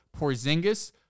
Porzingis